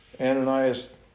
Ananias